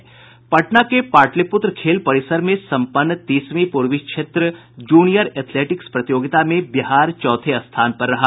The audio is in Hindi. पटना के पाटलिपुत्र खेल परिसर में संपन्न तीसवीं पूर्वी क्षेत्र जूनियर एथेलेटिक्स प्रतियोगिता में बिहार चौथे स्थान पर रहा